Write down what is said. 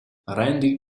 randy